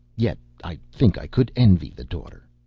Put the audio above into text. yet i think i could envy the daughter.